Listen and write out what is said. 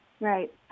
Right